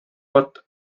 bod